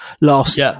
last